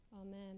Amen